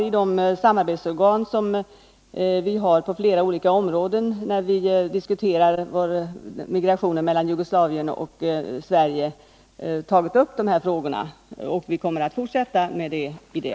I de samarbetsorgan som finns på flera områden där vi diskuterar migrationen mellan Jugoslavien och Sverige har vi tagit upp dessa frågor, och vi kommer att fortsätta med det.